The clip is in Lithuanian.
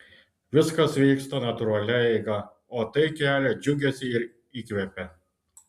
viskas vyksta natūralia eiga o tai kelia džiugesį ir įkvepia